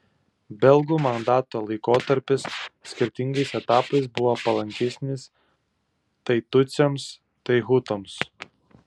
belgų mandato laikotarpis skirtingais etapais buvo palankesnis tai tutsiams tai hutams